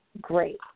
great